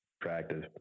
attractive